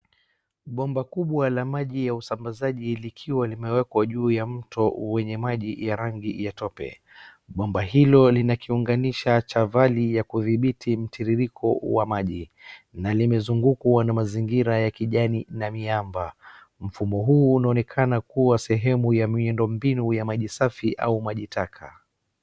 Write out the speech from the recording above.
Bomba kubwa la maji ya usambazaji likiwa limewekwa juu ya mto wenye maji ya rangi ya tope. Bomba hilo lina kiunganisha cha vali ya kudhibiti mtiririko wa maji na limezungukwa na mazingira ya kijani na miamba. Mfumo huu unaonekana kuwa sehemu ya miundombinu ya maji safi au maji taka.